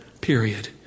period